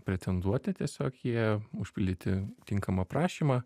pretenduoti tiesiog jie užpildyti tinkamą prašymą